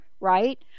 right